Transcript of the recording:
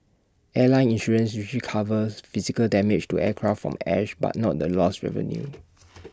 airline insurance usually covers physical damage to aircraft from ash but not the lost revenue